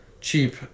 cheap